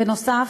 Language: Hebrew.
בנוסף,